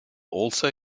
also